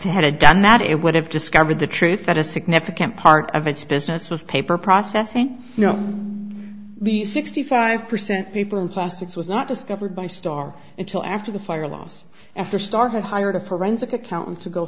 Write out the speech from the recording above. they had done that it would have discovered the truth that a significant part of its business with paper processing you know the sixty five percent people in plastics was not discovered by star until after the fire last after star had hired a forensic accountant to go